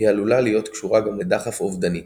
היא עלולה להיות קשורה גם לדחף אובדני,